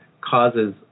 causes